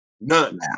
None